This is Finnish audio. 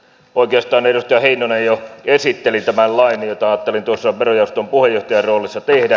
oikeastaan edustaja heinonen jo esitteli tämän lain minkä ajattelin tuossa verojaoston puheenjohtajan roolissa tehdä